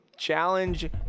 Challenge